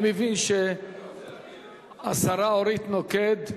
אני מבין שהשרה אורית נוקד,